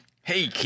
hey